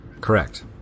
Correct